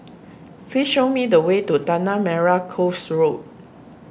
please show me the way to Tanah Merah Coast Road